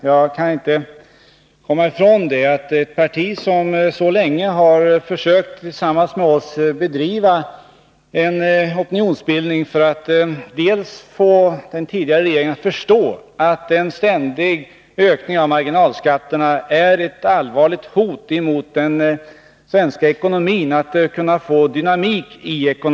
Moderaterna är ju ett parti som — jag kan inte komma ifrån detta — länge har försökt att tillsammans med oss bedriva en opinionsbildning för att få den tidigare regeringen att förstå att en ständig ökning av marginalskatterna är ett allvarligt hot mot den svenska ekonomin, försöken att få dynamik i denna.